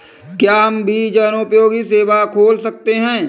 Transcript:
क्या हम भी जनोपयोगी सेवा खोल सकते हैं?